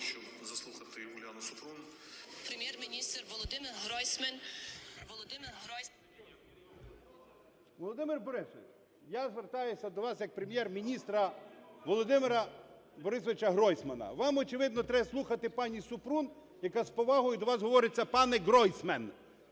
Володимир Борисович, я звертаюся до вас як Прем’єр-міністра Володимира Борисовича Гройсмана. Вам, очевидно, треба слухати пані Супрун, яка з повагою до вас говорить це "пане Гройсмен".